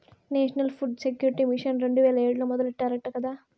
national food security mission రెండు వేల ఏడులో మొదలెట్టారట కదా